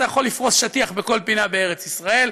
אתה יכול לפרוס שטיח בכל פינה בארץ ישראל,